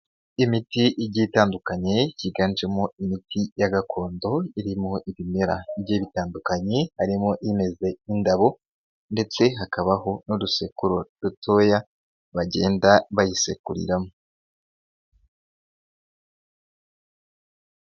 Imiti igi itandukanye yiganjemo ya gakondo, iri mu ibimera bye bitandukanye, harimo imeze nk'indabo ndetse hakabaho n'udusekuru dutoya bagenda bayisekuriramo.